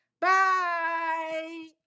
Bye